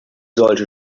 sollte